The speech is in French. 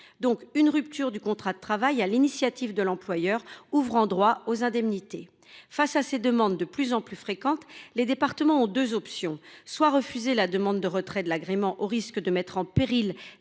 d’une rupture du contrat de travail sur l’initiative de l’employeur, qui ouvre droit aux indemnités. Face aux demandes de plus en plus fréquentes de ce type, les départements ont deux options : soit ils refusent la demande de retrait de l’agrément, au risque de mettre en péril